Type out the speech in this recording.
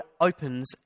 opens